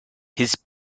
his